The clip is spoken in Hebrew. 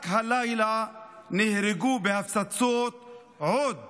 רק הלילה נהרגו בהפצצות עוד